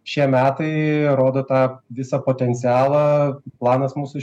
šie metai rodo tą visą potencialą planas mūsų